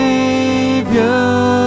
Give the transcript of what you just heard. Savior